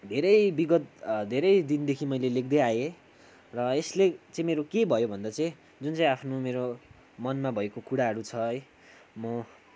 धेरै बिगत धेरै दिनदेखि मैले लेख्दै आएँ र यसले चाहिँ मेरो के भयो भन्दा चाहिँ जुन आफ्नो मेरो मनमा भएको कुराहरू छ है म